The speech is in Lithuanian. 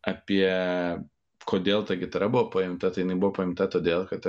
apie kodėl ta gitara buvo paimta tai jinai buvo paimta todėl kad